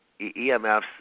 EMFs